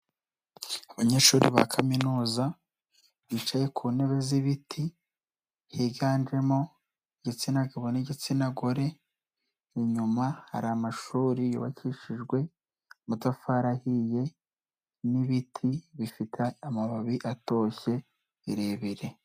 Abanyeshuri ba kaminuza bicaye ku ntebe z'ibiti, higanjemo igitsina gabo n'igitsina gore, inyuma hari amashuri yubakishijwe amatafari ahiye n'ibiti bifite amababi atoshye birebire.